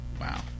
Wow